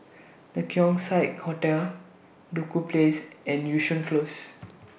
The Keong Saik Hotel Duku Place and Yishun Close